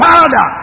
Father